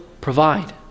provide